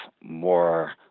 more